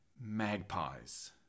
magpies